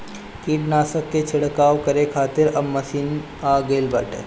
कीटनाशक के छिड़काव करे खातिर अब मशीन आ गईल बाटे